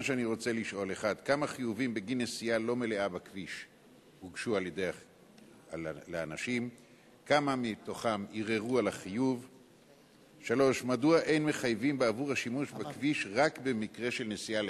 רצוני לשאול: 1. כמה חיובים בגין נסיעה לא